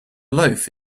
loaf